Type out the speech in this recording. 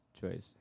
choice